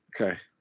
Okay